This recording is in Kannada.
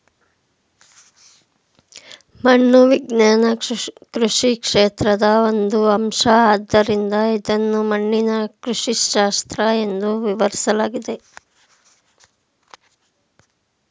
ಮಣ್ಣು ವಿಜ್ಞಾನ ಕೃಷಿ ಕ್ಷೇತ್ರದ ಒಂದು ಅಂಶ ಆದ್ದರಿಂದ ಇದನ್ನು ಮಣ್ಣಿನ ಕೃಷಿಶಾಸ್ತ್ರ ಎಂದೂ ವಿವರಿಸಲಾಗಿದೆ